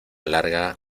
larga